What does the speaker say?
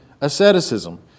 asceticism